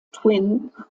twin